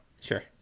Sure